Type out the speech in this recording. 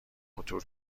خطور